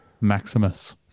Maximus